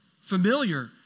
familiar